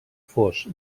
fos